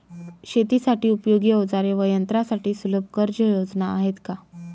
शेतीसाठी उपयोगी औजारे व यंत्रासाठी सुलभ कर्जयोजना आहेत का?